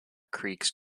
creeks